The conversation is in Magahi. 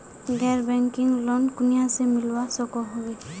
गैर बैंकिंग लोन कुनियाँ से मिलवा सकोहो होबे?